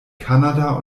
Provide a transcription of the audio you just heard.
kanada